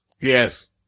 yes